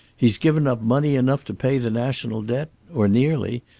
he's given up money enough to pay the national debt or nearly.